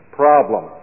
problem